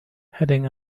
heading